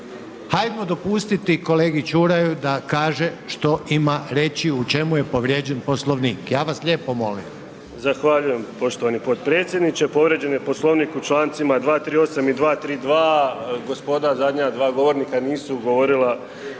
hajdmo dopustiti kolegi Ćuraju da kaže što ima reći u čemu je povrijeđen Poslovnik, ja vas lijepo molim.